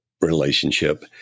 relationship